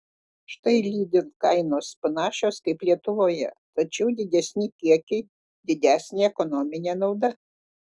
štai lidl kainos panašios kaip lietuvoje tačiau didesni kiekiai didesnė ekonominė nauda